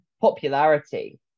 popularity